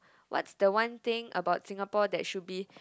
what's the one thing about Singapore that should be